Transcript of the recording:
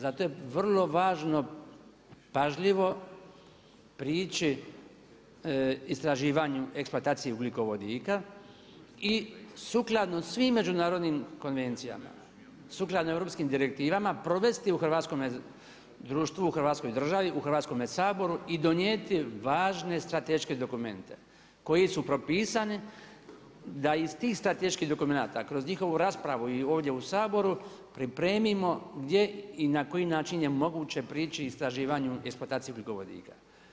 Zato je vrlo važno pažljivo prići istraživanju eksploataciji ugljikovodika i sukladno svim međunarodnim konvencijama, sukladno europskim direktivama provesti u hrvatskom društvu, Hrvatskoj državi, Hrvatskome saboru i donijeti važne strateške dokumente koji su propisani da iz tih strateških dokumenta kroz njihovu raspravu i ovdje u Saboru pripremimo gdje i na koji način je moguće prići istraživanju i eksploataciji ugljikovodika.